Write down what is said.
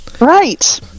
right